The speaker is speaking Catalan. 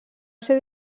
ser